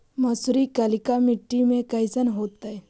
मसुरी कलिका मट्टी में कईसन होतै?